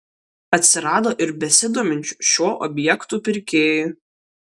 atsirado ir besidominčių šiuo objektu pirkėjų